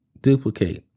duplicate